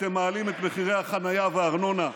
אתם מעלים את מחירי החניה והארנונה,